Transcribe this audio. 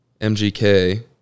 MGK